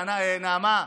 נעמה,